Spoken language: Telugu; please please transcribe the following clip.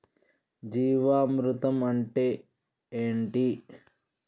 జీవామృతం అంటే ఏంటి?